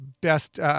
best